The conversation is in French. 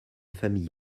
famille